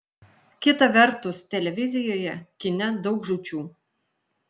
kita vertus televizijoje kine daug žūčių